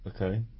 Okay